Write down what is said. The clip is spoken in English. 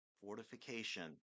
Fortification